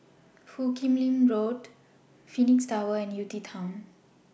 Foo Kim Lin Road Phoenix Tower and UTown